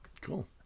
Cool